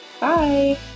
bye